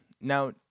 Now